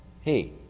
hey